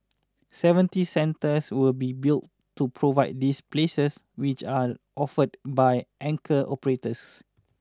seventy centres will be built to provide these places which are offered by anchor operators